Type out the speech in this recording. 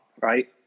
Right